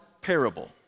parable